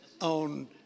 on